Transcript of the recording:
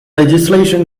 legislation